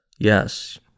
Yes